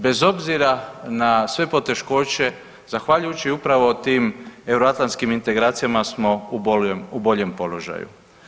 Bez obzira na sve poteškoće i zahvaljujući upravo tim euroatlantskim integracijama smo u boljem položaju.